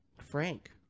Frank